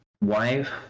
wife